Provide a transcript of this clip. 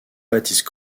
baptiste